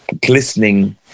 glistening